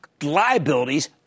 Liabilities